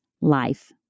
life